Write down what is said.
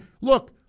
look